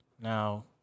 Now